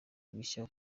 bishya